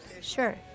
Sure